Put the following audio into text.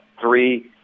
three